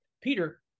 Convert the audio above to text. peter